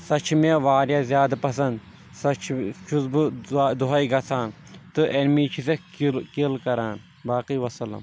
سۄ چھِ مےٚ واریاہ زیادٕ پسنٛد سۄ چھِ چھُس بہٕ دۄہے گژھان تہٕ ایٚنمی چھُ سکھ کہ کِل کران باقٕے وسلام